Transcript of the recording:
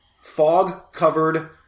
fog-covered